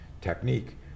technique